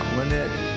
Lynette